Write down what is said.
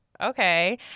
Okay